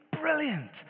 brilliant